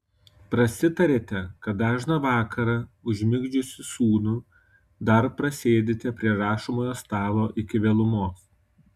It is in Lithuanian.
prasitarėte kad dažną vakarą užmigdžiusi sūnų dar prasėdite prie rašomojo stalo iki vėlumos